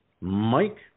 Mike